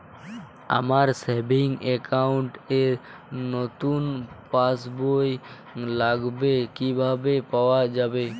আমার savings account র নতুন পাসবই লাগবে, কিভাবে পাওয়া যাবে?